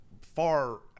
far